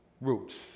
roots